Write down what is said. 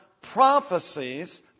prophecies